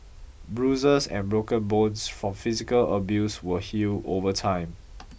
bruises and broken bones from physical abuse will heal over time